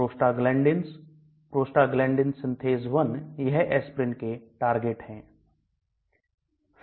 Prostaglandins Prostaglandin synthase 1 यह Asprin के target है